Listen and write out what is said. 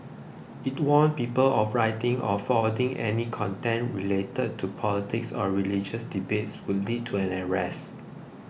it warned people of writing or forwarding any content related to politics or religious debates would lead to an arrest